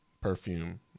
perfume